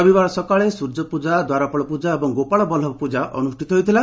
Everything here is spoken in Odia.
ରବିବାର ସକାଳେ ସୂର୍ଯ୍ୟପୂଜା ଦ୍ୱାରପାଳପ୍ଟଜା ଓ ଗୋପାଳ ବଲୁଭ ପୂଜା ଅନୁଷ୍ଠିତ ହୋଇଥିଲା